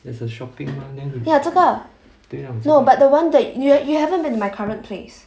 ya 这个 no but the one that y~ you haven't been to my current place